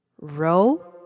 Row